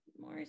more